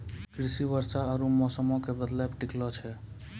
कृषि वर्षा आरु मौसमो के बदलै पे टिकलो छै